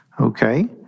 Okay